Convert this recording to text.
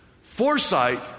foresight